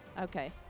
Okay